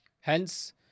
Hence